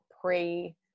pre-